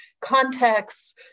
contexts